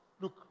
Look